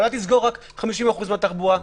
אולי תסגור רק 50% מהתחבורה.